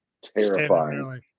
terrifying